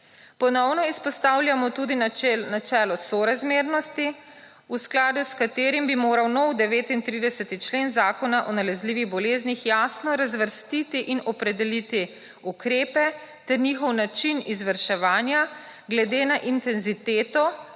Ponovno izpostavljamo tudi načelo sorazmernosti, v skladu s katerim bi moral nov 39. člen Zakona o nalezljivih boleznih jasno razvrstiti in opredeliti ukrepe ter njihov način izvrševanja glede na intenziteto